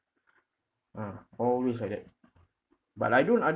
ah always like that but I don't und~